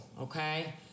okay